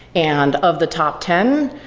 and of the top ten,